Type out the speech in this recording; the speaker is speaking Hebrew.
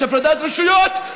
יש הפרדת רשויות,